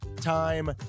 time